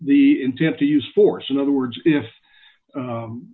the intent to use force in other words if